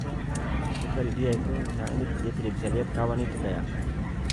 suka di dia itu misal dia tidak bisa liat kawan itu kaya